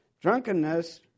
drunkenness